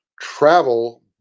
Travel